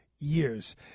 years